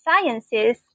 sciences